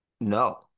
No